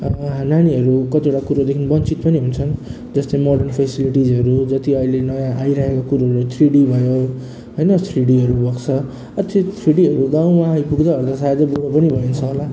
नानीहरू कतिवटा कुरोले वञ्चित पनि हुन्छन् जस्तै मडर्न फेसिलीटिजहरू जस्तै अहिले नयाँ आइरहेको कुराहरू थ्री डी भयो होइन थ्री डिहरू भएको छ त्यो थ्री डिहरू गाउँमा आइपुग्दा ओर्दा सायदै बुढो पनि भइन्छ होला